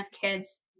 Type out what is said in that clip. kids